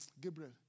Gabriel